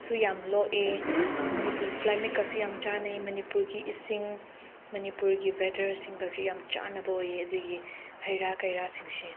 ꯁꯨ ꯌꯥꯝ ꯂꯣꯛꯑꯦ ꯃꯅꯤꯄꯨꯔ ꯀ꯭ꯂꯥꯏꯃꯦꯠꯀꯁꯨ ꯌꯥꯝ ꯆꯟꯅꯩ ꯃꯅꯤꯄꯨꯔꯒꯤ ꯏꯁꯤꯡ ꯃꯅꯤꯄꯨꯔꯒꯤ ꯋꯦꯗꯔꯁꯤꯡꯒꯁꯨ ꯌꯥꯝ ꯆꯥꯟꯅꯕ ꯑꯣꯏꯌꯦ ꯑꯗꯨꯒꯤ ꯍꯩ ꯔꯥ ꯀꯩꯔꯥꯁꯤꯡꯁꯦ